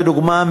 לדוגמה,